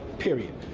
period.